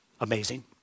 amazing